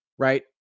Right